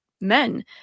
men